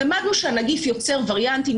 למדנו שהנגיף יוצר וריאנטים,